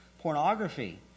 pornography